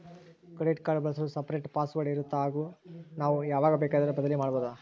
Credit card ಬಳಸಲು separate password ಇರುತ್ತಾ ಹಾಗೂ ನಾವು ಯಾವಾಗ ಬೇಕಾದರೂ ಬದಲಿ ಮಾಡಬಹುದಾ?